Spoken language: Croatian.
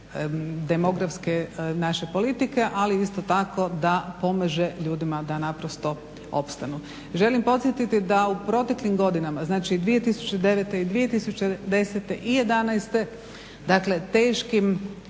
demografske naše politike, ali isto tako da pomaže ljudima da naprosto opstanu. Želim podsjetiti da u proteklim godinama, znači 2009., i 2010. i 2011., dakle teškim